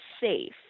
safe